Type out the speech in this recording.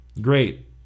Great